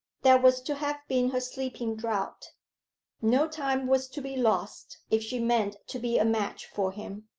that was to have been her sleeping-draught. no time was to be lost if she meant to be a match for him.